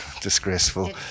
Disgraceful